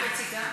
את מציגה?